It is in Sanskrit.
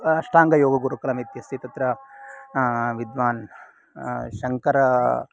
अष्टाङ्गयोगगुरुकुलम् इत्यस्य तत्र विद्वान् शङ्करः